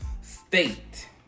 state